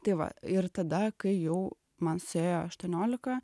tai va ir tada kai jau man suėjo aštuoniolika